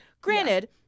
granted